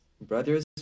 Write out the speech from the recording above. Brothers